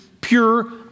pure